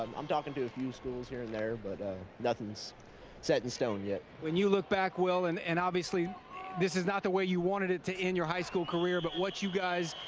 i'm talking to a few schools here and there, but nothing is set in stone yet. when you look back, will, and and obviously this is not the way you wanted it to end, your high school career, but what you guys,